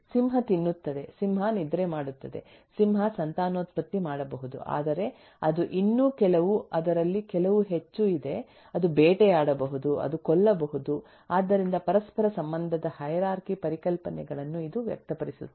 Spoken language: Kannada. ಸಿಂಹ ತಿನ್ನುತ್ತದೆ ಸಿಂಹ ನಿದ್ರೆ ಮಾಡುತ್ತದೆ ಸಿಂಹ ಸಂತಾನೋತ್ಪತ್ತಿ ಮಾಡಬಹುದು ಆದರೆ ಅದು ಇನ್ನೂ ಕೆಲವು ಅದರಲ್ಲಿ ಕೆಲವು ಹೆಚ್ಚು ಇದೆ ಅದು ಬೇಟೆಯಾಡಬಹುದು ಅದು ಕೊಲ್ಲಬಹುದು ಆದ್ದರಿಂದ ಪರಸ್ಪರ ಸಂಬಂಧದ ಹೈರಾರ್ಕಿ ಪರಿಕಲ್ಪನೆಗಳನ್ನು ಇದು ವ್ಯಕ್ತಪಡಿಸುತ್ತದೆ